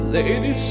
Lady